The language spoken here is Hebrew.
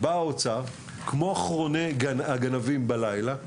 בא האוצר, כמו אחרוני הגנבים בלילה,